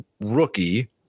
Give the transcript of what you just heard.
rookie